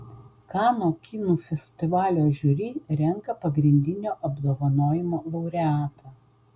kanų kino festivalio žiuri renka pagrindinio apdovanojimo laureatą